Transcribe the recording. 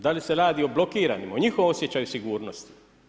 Da li se radi o blokiranim, o njihovom osjećaju sigurnosti?